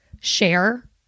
share